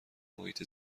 محیط